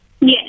yes